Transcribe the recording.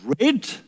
red